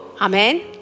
Amen